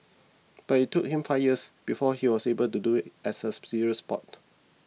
but it took him five years before he was able to do it as a serious sport